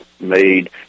made